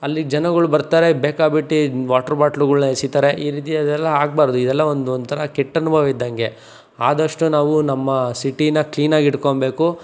ಅಲ್ಲಿ ಜನಗಳು ಬರ್ತಾರೆ ಬೇಕಾಬಿಟ್ಟಿ ವಾಟ್ರು ಬಾಟ್ಲುಗಳ್ನ ಎಸೀತಾರೆ ಈ ರೀತಿ ಅದೆಲ್ಲ ಆಗಬಾರ್ದು ಇದೆಲ್ಲ ಒಂದು ಒಂಥರ ಕೆಟ್ಟ ಅನುಭವ ಇದ್ದಂಗೆ ಆದಷ್ಟು ನಾವು ನಮ್ಮ ಸಿಟಿನ ಕ್ಲೀನಾಗಿ ಇಟ್ಕೊಬೇಕು